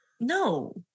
No